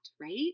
right